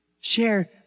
Share